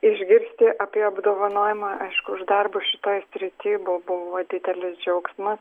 išgirsti apie apdovanojimą aišku už darbus šitoj srity buvo didelis džiaugsma